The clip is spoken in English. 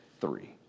three